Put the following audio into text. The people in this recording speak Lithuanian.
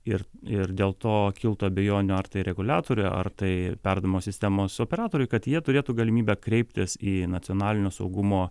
ir ir dėl to kiltų abejonių ar tai reguliatoriui ar tai perdavimo sistemos operatoriui kad jie turėtų galimybę kreiptis į nacionalinio saugumo